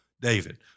David